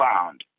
found